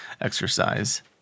exercise